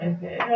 Okay